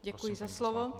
Děkuji za slovo.